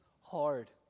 hard